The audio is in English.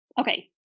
okay